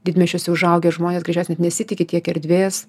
didmiesčiuose užaugę žmonės greičiausiai net nesitiki tiek erdvės